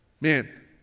Man